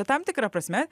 tam tikra prasme